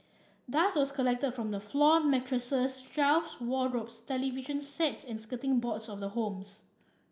dust was collected from the floor mattresses shelves wardrobes television sets and skirting boards of the homes